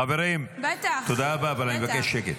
חברים, תודה רבה, אבל אני מבקש שקט.